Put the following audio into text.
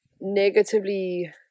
negatively